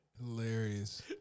Hilarious